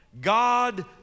God